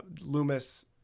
Loomis